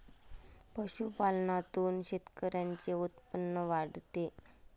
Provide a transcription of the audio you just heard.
पशुपालनातून शेतकऱ्यांचे उत्पन्न वाढते